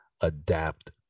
adapt